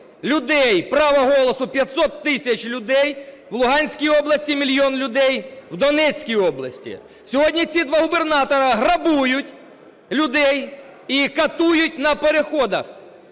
людей права голосу, 500 тисяч людей в Луганській області, 1 мільйон людей в Донецькій області. Сьогодні ці два губернатори грабують людей і катують на переходах.